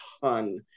ton